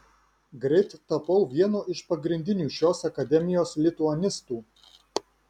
greit tapau vienu iš pagrindinių šios akademijos lituanistų